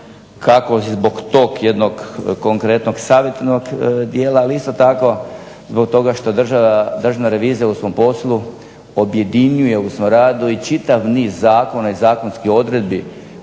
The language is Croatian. kako zbog tog jednog konkretnog savjetodavnog dijela, ali isto tako zbog toga što Državna revizija u svom poslu objedinjuje u svom radu i čitav niz zakona i zakonskih odredbi